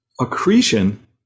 accretion